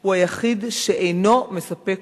הוא היחיד שאינו מספק